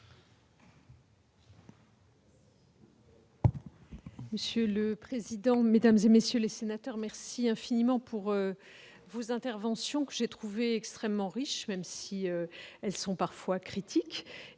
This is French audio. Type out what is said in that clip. Monsieur le président, mesdames, messieurs les sénateurs, merci infiniment de vos interventions, que j'ai trouvées extrêmement riches, bien qu'elles aient parfois été critiques.